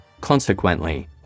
Consequently